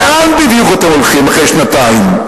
לאן בדיוק אתם הולכים אחרי שנתיים?